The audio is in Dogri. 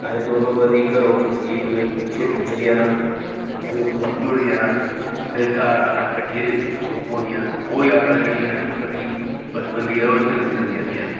असें दौनें घरै दा खिसकी ऐ कुतै खेढन चली जाना कुतै दूर दौड़ी जाना फिर घर औना किट्ठे ओह् पौनियां ओह् यादां जेह्ड़ियां हैन ओह् कदें बचपन दियां ओह् कदें जंदियां नेईं हैन